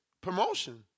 promotion